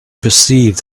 perceived